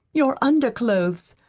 your underclothes.